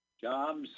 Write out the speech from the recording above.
Jobs